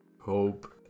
hope